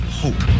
hope